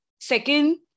Second